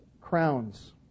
crowns